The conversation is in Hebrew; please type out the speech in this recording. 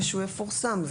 ושהוא יפורסם.